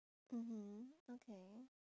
mmhmm okay